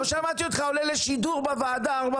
לא שמעתי אותך עולה לשידור בוועדה ארבע